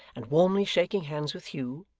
and warmly shaking hands with hugh,